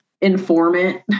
informant